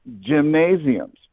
gymnasiums